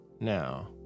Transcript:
now